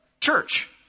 church